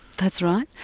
that's right.